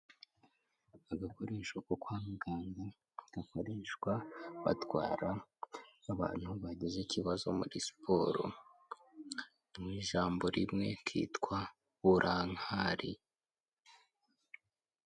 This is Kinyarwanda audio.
Agakoresho ko kwa muganga gakoreshwa batwara abantu bagize ikibazo muri siporo, mu ijambo rimwe kitwa burankari.